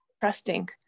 trusting